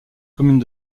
communes